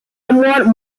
somewhat